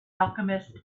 alchemist